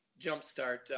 jumpstart